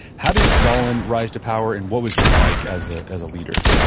how did stalin rise to power and what was he like as ah as a leader?